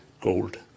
gold